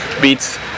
beats